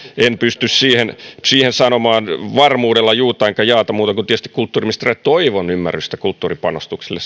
en pysty siihen siihen sanomaan varmuudella juuta enkä jaata muuta kuin sen että tietysti kulttuuriministerinä toivon ymmärrystä kulttuuripanostuksille